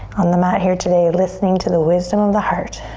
on the mat here today listening to the wisdom of the heart.